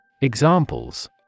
Examples